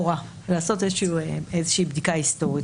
לעשות איזו שהיא בדיקה היסטורית.